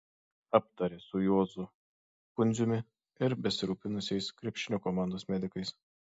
aptarė su juozu pundziumi ir besirūpinusiais krepšinio komandomis medikais